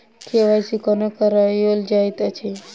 KYC कोना कराओल जाइत अछि?